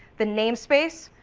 the name space,